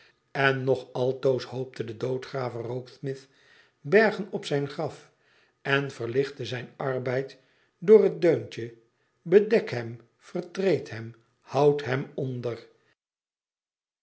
en nog altoos hoopte de doodgraver rokesmith bergen op zijn graf en verlichtte zijn arbeid door het deuntje i bedek hem vertreed hem houd hem onder